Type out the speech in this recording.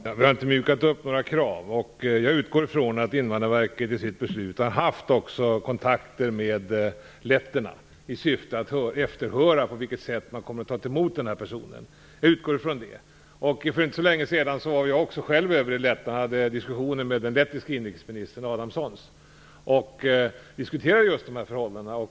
Herr talman! Vi har inte mjukat upp några kriterier. Jag utgår från att Invandrarverket i sitt beslut har haft kontakter med letterna i syfte att efterhöra på vilket sätt man kommer att ta emot den här personen. Jag utgår från det. För inte så länge sedan var jag själv över i Lettland och hade diskussioner med den lettiske inrikesministern. Vi diskuterade just de här förhållandena.